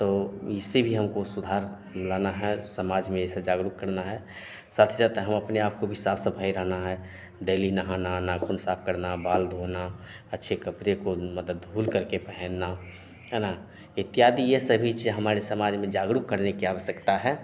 तो इसी भी भी हमको सुधार लाना है समाज में इसे जागरूक करना है साथ ही साथ हम अपने आपको भी साफ़ सफ़ाई रखना है डेली नहाना नाख़ून साफ़ करना बाल धोना अच्छे कपड़े को मतलब धुल करके पहनना है ना इत्यादि ये सभी चीज़ हमारे समाज में जागरूक करने की अवश्यकता है